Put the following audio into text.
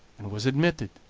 and was admitted.